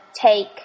take